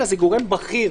אלא זה גורם בכיר